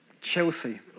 Chelsea